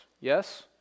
yes